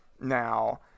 now